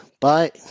Bye